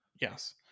Yes